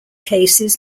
cases